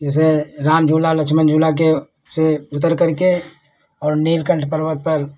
जैसे राम झूला लक्ष्मण झूला के से उतरकर के और नीलकंठ पर्वत पर